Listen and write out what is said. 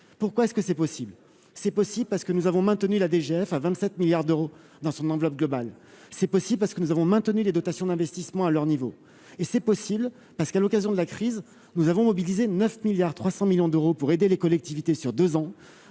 pourquoi est-ce que c'est possible, c'est possible parce que nous avons maintenu la DGF à 27 milliards d'euros dans son enveloppe globale, c'est possible parce que nous avons maintenu les dotations d'investissement à leur niveau, et c'est possible parce qu'à l'occasion de la crise, nous avons mobilisé 9 milliards 300 millions d'euros pour aider les collectivités sur 2 ans